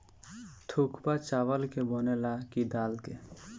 थुक्पा चावल के बनेला की दाल के?